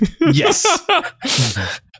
Yes